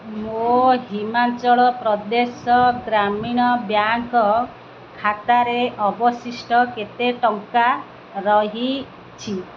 ମୋ ହିମାଚଳ ପ୍ରଦେଶ ଗ୍ରାମୀଣ ବ୍ୟାଙ୍କ୍ ଖାତାରେ ଅବଶିଷ୍ଟ କେତେ ଟଙ୍କା ରହିଛି